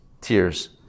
tears